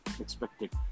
expected